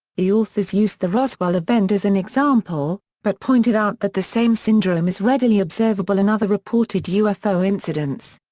the authors used the roswell event as an example, but pointed out that the same syndrome is readily observable in other reported ufo incidents.